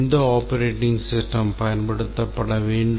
எந்த operating system பயன்படுத்தப்பட வேண்டும்